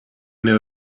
know